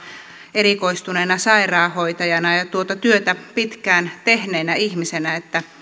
erikoistuneena sairaanhoitajana ja tuota työtä pitkään tehneenä ihmisenä